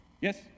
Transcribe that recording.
Yes